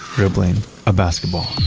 dribbling a basketball